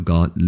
God